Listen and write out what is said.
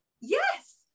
yes